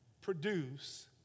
produce